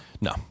No